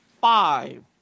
five